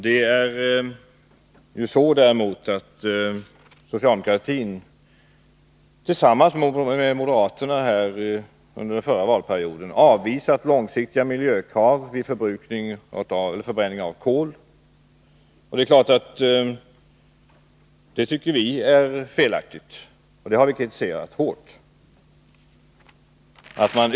Däremot är det så att socialdemokraterna, tillsammans med moderaterna, under förra valperioden avvisade de långsiktiga miljökraven när det gäller förbränningen av kol. Det är klart att vi tycker att det är felaktigt, och det har vi kritiserat hårt.